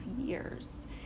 years